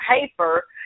paper